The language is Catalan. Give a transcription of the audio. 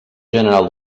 general